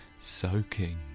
soaking